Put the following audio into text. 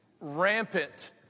rampant